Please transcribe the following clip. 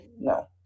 No